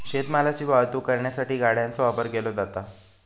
शेत मालाची वाहतूक करण्यासाठी गाड्यांचो वापर केलो जाता